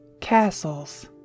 Castles